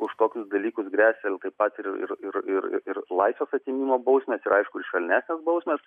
už kokius dalykus gresia tai pat ir ir ir laisvės atėmimo bausmės ir aišku ir švelnesnės bausmės